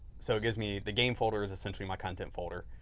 so it gives me the game folder, is essentially my content folder.